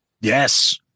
Yes